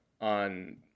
on